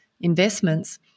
investments